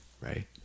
right